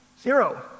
Zero